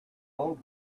old